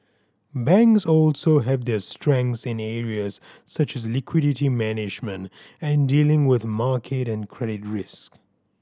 banks also have their strengths in areas such as liquidity management and dealing with market and credit risk